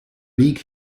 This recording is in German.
weg